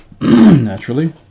naturally